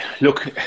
Look